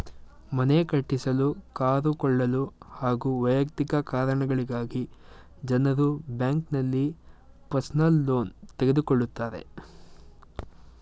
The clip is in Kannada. ಮನೆ ಕಟ್ಟಿಸಲು ಕಾರು ಕೊಳ್ಳಲು ಹಾಗೂ ವೈಯಕ್ತಿಕ ಕಾರಣಗಳಿಗಾಗಿ ಜನರು ಬ್ಯಾಂಕ್ನಲ್ಲಿ ಪರ್ಸನಲ್ ಲೋನ್ ತೆಗೆದುಕೊಳ್ಳುತ್ತಾರೆ